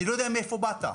אני לא יודע מאיפה אתה באת,